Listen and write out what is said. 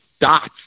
Dots